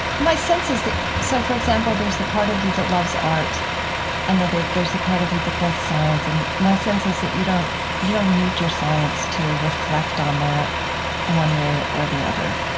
my sense is that so, for example, there's the part of you that loves art and there's there's the part of you that does science. and my sense is that you don't you don't need your science to reflect on that one way or or the other.